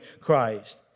Christ